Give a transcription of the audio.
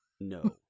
No